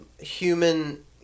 human